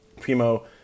Primo